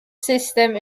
system